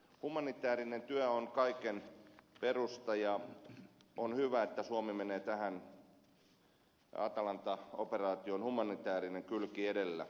humanitäärinen työ on kaiken perusta ja on hyvä että suomi menee tähän atalanta operaatioon humanitäärinen kylki edellä